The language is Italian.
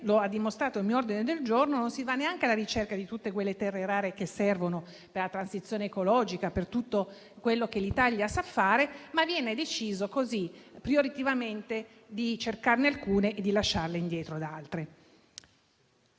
come ha dimostrato il mio ordine del giorno, non si va neanche alla ricerca di tutte quelle terre rare che servono per la transizione ecologica e per tutto quello che l'Italia sa fare, ma viene deciso così prioritariamente di cercarne alcune e di lasciarne indietro altre.